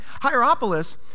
Hierapolis